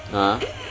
(uh huh)